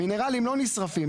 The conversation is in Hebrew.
מינרלים לא נשרפים.